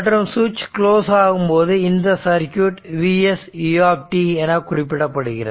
மற்றும் சுவிட்ச் குளோஸ் ஆகும் போது இந்த சர்க்யூட் Vs u என குறிப்பிடப்படுகிறது